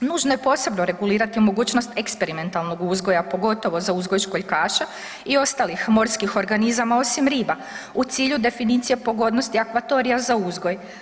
Nužno je posebno regulirati mogućnost eksperimentalnog uzgoja, pogotovo za uzgoj školjkaša i ostalih morskih organizama osim riba u cilju definicije pogodnosti akvatorija za uzgoj.